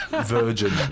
Virgin